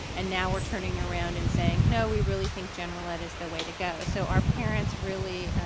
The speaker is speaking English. and now we're turning around and saying, no we really think general ed is the way to go. so our parents really